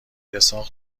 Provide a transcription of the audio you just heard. اسحاق